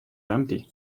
empty